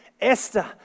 Esther